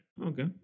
Okay